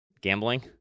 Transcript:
Gambling